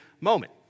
moment